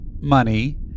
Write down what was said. money